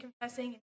confessing